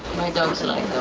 my dogs like